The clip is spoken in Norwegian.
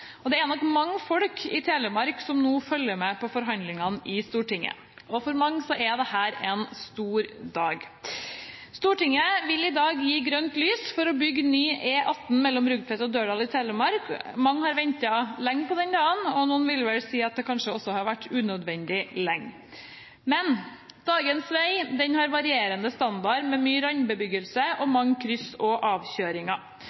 Sørlandet. Det er nok mange folk i Telemark som nå følger med på forhandlingene i Stortinget, og for mange er dette en stor dag. Stortinget vil i dag gi grønt lys for å bygge ny E18 mellom Rugtvedt og Dørdal i Telemark. Mange har ventet lenge på denne dagen – noen vil vel si at det kanskje har vært unødvendig lenge. Dagens vei har varierende standard, med mye randbebyggelse og